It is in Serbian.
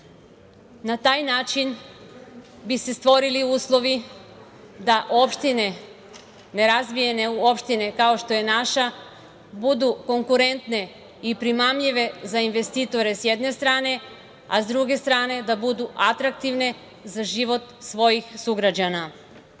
Na taj način bi se stvorili uslovi da nerazvijene opštine, kao što je naša, budu konkurentne i primamljive za investitore, s jedne strane, a s druge strane da budu atraktivne za život svojih sugrađana. Migracije